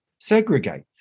segregate